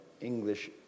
English